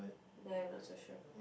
then I'm not so sure